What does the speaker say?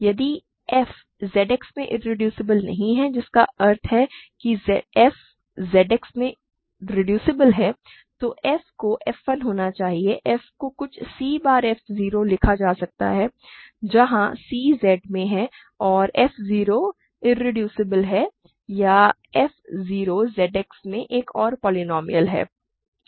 यदि f ZX में irreducible नहीं है जिसका अर्थ है कि f ZX में रिड्यूसिबल है तो f को f 1 होना चाहिए f को कुछ c बार f 0 लिखा जा सकता है जहां c Z में है और f 0 इरेड्यूसेबल है या f 0 ZX में एक और पोलीनोमिअल है